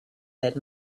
that